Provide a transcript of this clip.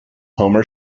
homer